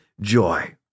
joy